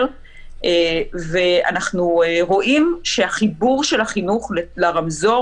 ואנחנו רואים שהחיבור של החינוך לרמזור